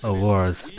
Awards